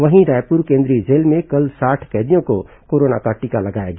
वहीं रायपुर केंद्रीय जेल में कल साठ कैदियों को कोरोना का टीका लगाया गया